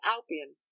Albion